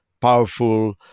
powerful